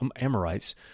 Amorites